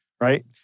Right